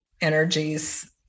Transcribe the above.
energies